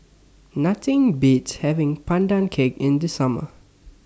Nothing Beats having Pandan Cake in The Summer